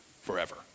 forever